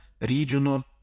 regional